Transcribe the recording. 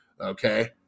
okay